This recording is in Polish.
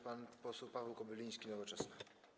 Pan poseł Paweł Kobyliński, Nowoczesna.